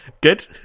Good